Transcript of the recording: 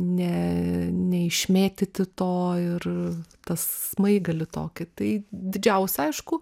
ne neišmėtyti to ir tas smaigalį tokį tai didžiausia aišku